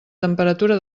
temperatura